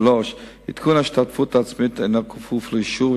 עדכון ההשתתפות העצמית אינו כפוף לאישור,